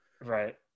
right